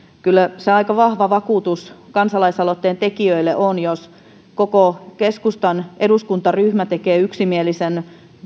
kyllä se aika vahva vakuutus kansalaisaloitteen tekijöille on jos koko keskustan eduskuntaryhmä tekee yksimielisen